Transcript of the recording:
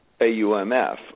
AUMF